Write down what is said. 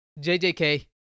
JJK